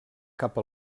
cap